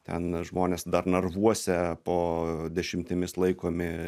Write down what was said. ten žmonės dar narvuose po dešimtimis laikomi